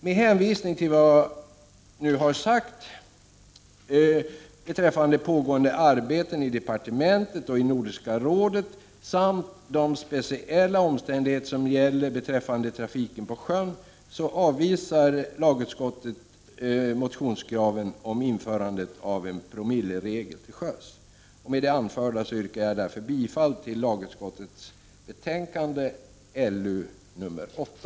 Med hänvisning till vad jag har anfört beträffande pågående arbete i departementet och i Nordiska rådet samt de speciella omständigheter som gäller i fråga om trafiken på sjön avvisar lagutskottet motionskraven om införandet av en promilleregel till sjöss. Med det anförda yrkar jag bifall till lagutskottets hemställan i betänkande 1989/90:LU8